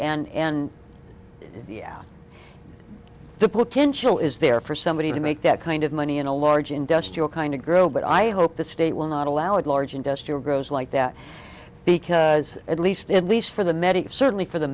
and and the out the potential is there for somebody to make that kind of money in a large industrial kind of girl but i hope the state will not allow it large industrial grows like that because at least at least for the medics certainly for the